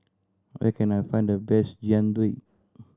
where can I find the best Jian Dui